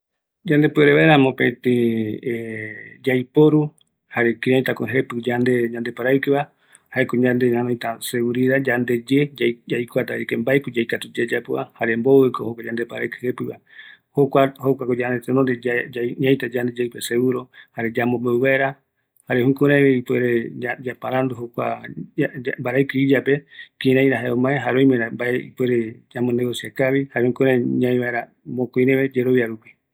Yaiporu vaera jepi kavi yande paravɨkɨ va, jaeko yayapota miarï, mbaravɨvï iya ndive, jae oyerovia vaera, jare yayerovia vaeravi, jukuraï yayapo kavi vaera miarï mokoïreve